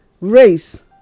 race